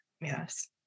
Yes